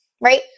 Right